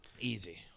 Easy